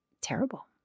terrible